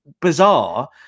bizarre